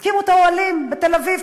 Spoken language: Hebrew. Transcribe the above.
הקימו את האוהלים בתל-אביב,